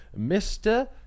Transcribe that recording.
Mr